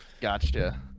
Gotcha